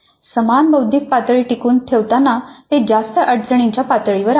समान बौद्धिक पातळी टिकवून ठेवताना ते जास्त अडचणीच्या पातळीवर आहे